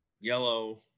yellow